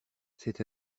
c’est